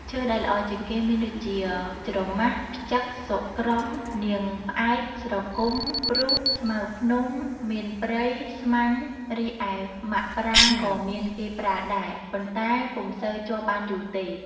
ឈើដែលល្អជាងគេ មានដូចជា ច្រម៉ាស់ ផឹ្ចក សុក្រំ នាងផ្អែក ស្រគុំ ព្រូស ស្មៅភ្នំ មៀនព្រៃ ស្មាច់ រីឯម៉ាក់ប្រាង ក៏មានគេប្រើដែរ ប៉ុន្តែពុំសូវជាប់បានយូរទេ។